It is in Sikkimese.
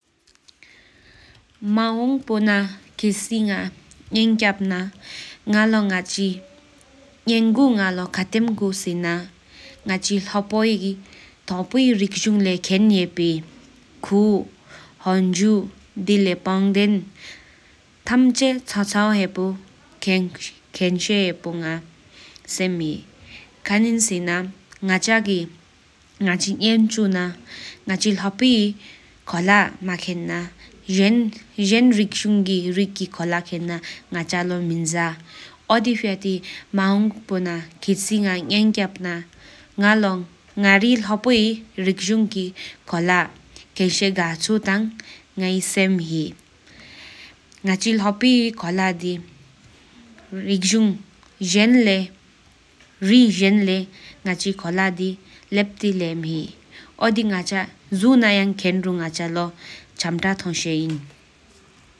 མ་ཝང་པོ་ན་ ང་ངེན་ཀྱབ་ན ང་ལོ་ང་ཡི་ངེན་གོ ཁ་ཏེམ་གོ སེ་ན ང་ལོ་ང་རི་ལྷོསཔོའི་ཁོ་ལ་ཐོབ་པོ་ལས་ཁེན་ཡེ་པོ། ཁོ་ཧུང་དེ་ལེགས་པ་དེའི་ཐམ་ཆེད་མ་ཆ་ཡེ་པོཁེན་བྱ་སེའན་ང་ཆ་གི་ང་ཆ་ཆ་གི་ངེན་གི་ལྷོསཔོའི་ཁོ་ལ་མ་ཁེན་ན་རིགས་འབྱུང་གི་ཁོ་ལ་ཁེན་ན་མེན་ཅ། ཨོ་དི་པ་ཡི་ ང་མ་ཝང་པོ་ངེན་ཀྱབ་ན ང་ལོ་ལྷོསཔོའི་ཁོ་ལ་ཁེན་བྱས་མ་ཧེ། ཁྭང་བྱ་སེན་ང་ཆ་གི་ལྷོསཔོའི་ཁོ་ལ་དི་ཞུ་ན་ཡོབ་ཁ་མ་ཐོང་དང་། ཨོ་དི་པ་ཡི་ང་ལོ་ལྷོ་ས་པོའི་ཁོ་ལ་ཁེན་སེ་གཆུ་ཧེ།